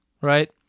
right